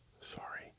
sorry